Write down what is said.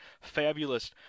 fabulous